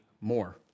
more